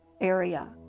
area